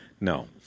No